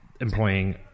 employing